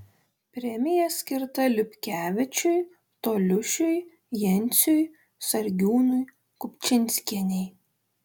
premija skirta liupkevičiui toliušiui jenciui sargiūnui kupčinskienei